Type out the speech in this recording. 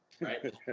right